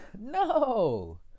no